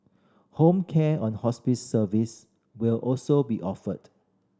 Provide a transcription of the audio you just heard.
home care and hospice service will also be offered